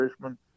fisherman